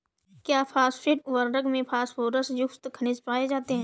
क्या फॉस्फेट उर्वरक में फास्फोरस युक्त खनिज पाए जाते हैं?